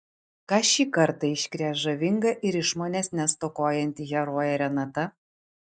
ką šį kartą iškrės žavinga ir išmonės nestokojanti herojė renata